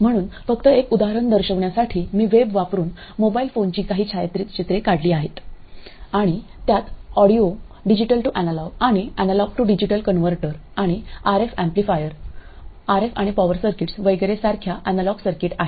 म्हणून फक्त एक उदाहरण दर्शविण्यासाठी मी वेब वरून मोबाइल फोनची काही छायाचित्र काढले आहेत आणि त्यात ऑडिओ डिजिटल टु एनालॉग आणि एनालॉग टु डिजिटल कनव्हर्टर आणि आरएफ एम्पलीफायर आरएफ आणि पॉवर सर्किट्स वगैरे सारख्या अॅनालॉग सर्किट आहेत